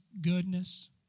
goodness